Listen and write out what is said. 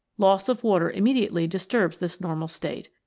loss of water im mediately disturbs this normal state.